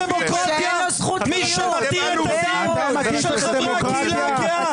דמוקרטיה, כמי שמתיר את הדם של חברי הקהילה הגאה?